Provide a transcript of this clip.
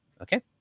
okay